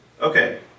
okay